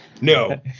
No